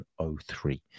103